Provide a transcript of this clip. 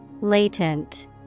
Latent